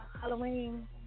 Halloween